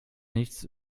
nichts